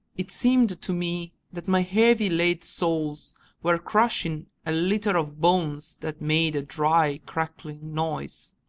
it seemed to me that my heavy lead soles were crushing a litter of bones that made a dry crackling noise.